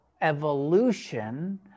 evolution